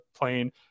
playing